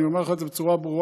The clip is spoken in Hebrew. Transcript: אני אומר לך את זה בצורה ברורה,